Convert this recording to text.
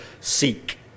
seek